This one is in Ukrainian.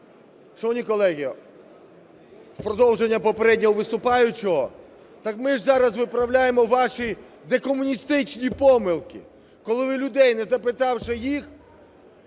Шановні колеги, в продовження попереднього виступаючого. Так ми ж зараз виправляємо ваші декомуністичні помилки, коли ви, людей не запитавши, їх